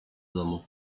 domu